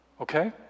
Okay